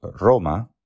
Roma